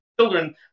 children